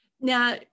now